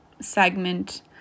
segment